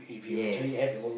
yes